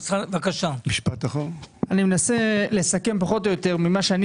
אני מנסה לסכם פחות או יותר ממה שאני